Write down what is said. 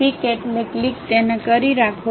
peak એટલે click તેને કરી રાખો